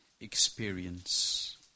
experience